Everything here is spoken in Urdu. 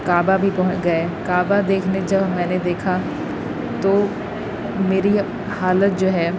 کعبہ بھی گئے کعبہ دیکھنے جب میں نے دیکھا تو میری حالت جو ہے